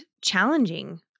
challenging